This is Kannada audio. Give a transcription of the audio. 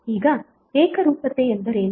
ಈಗ ಏಕರೂಪತೆ ಎಂದರೇನು